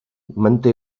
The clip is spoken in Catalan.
manté